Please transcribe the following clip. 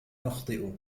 نخطئ